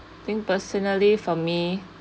think personally for me